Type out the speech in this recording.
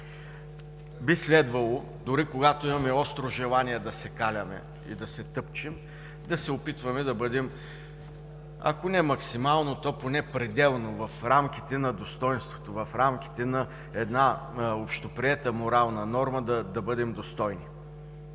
Би следвало, дори когато имаме остро желание да се каляме и да се тъпчем, да се опитваме да бъдем, ако не максимално, то поне пределно в рамките на достойнството, в рамките на общоприета морална норма, да бъдем достойни!